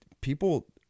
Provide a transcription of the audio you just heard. people